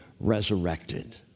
resurrected